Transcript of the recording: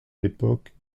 l’époque